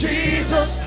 Jesus